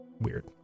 weird